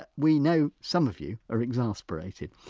ah we know some of you are exasperated.